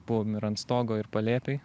buvom ir ant stogo ir palėpėj